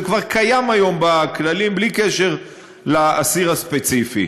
זה כבר קיים היום בכללים בלי קשר לאסיר הספציפי,